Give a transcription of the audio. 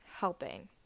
helping